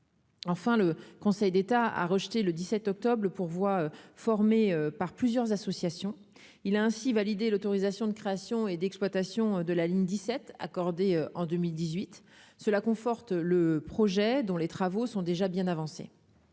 Enfin, le Conseil d'État a rejeté le 17 octobre le pourvoi formé par plusieurs associations, il a ainsi validé l'autorisation de création et d'exploitation de la ligne 17 accordées en 2018 cela conforte le projet, dont les travaux sont déjà bien avancés,